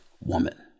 woman